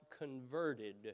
converted